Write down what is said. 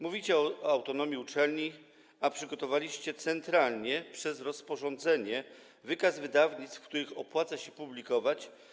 Mówicie o autonomii uczelni, a przygotowaliście centralnie przez rozporządzenie wykaz wydawnictw, w których opłaca się publikować.